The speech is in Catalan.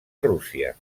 rússia